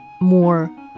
more